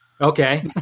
Okay